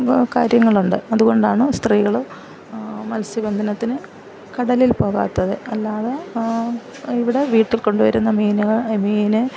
കാര്യങ്ങളുണ്ട് അത് കൊണ്ടാണ് സ്ത്രീകള് മൽസ്യബന്ധനത്തിന് കടലിൽ പോകാത്തത് അല്ലാതെ ഇവിടെ വീട്ടിൽ കൊണ്ട് വരുന്ന മീനുകൾ മീന്